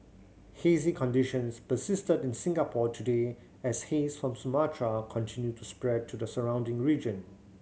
hazy conditions persisted in Singapore today as haze from Sumatra continued to spread to the surrounding region